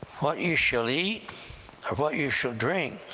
what you shall eat, or what you shall drink